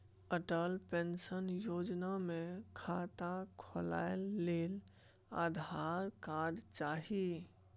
Atal pension Yojana मे खाता खोलय लेल आधार कार्ड चाही